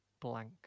blank